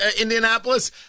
Indianapolis